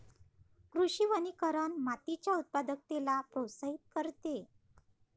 कृषी वनीकरण मातीच्या उत्पादकतेला प्रोत्साहित करते